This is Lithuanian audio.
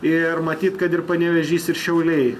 ir matyt kad ir panevėžys ir šiauliai